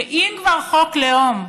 ואם כבר חוק לאום,